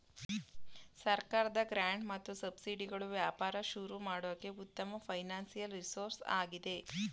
ಸರ್ಕಾರದ ಗ್ರಾಂಟ್ ಮತ್ತು ಸಬ್ಸಿಡಿಗಳು ವ್ಯಾಪಾರ ಶುರು ಮಾಡೋಕೆ ಉತ್ತಮ ಫೈನಾನ್ಸಿಯಲ್ ರಿಸೋರ್ಸ್ ಆಗಿದೆ